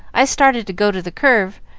i started to go to the curve,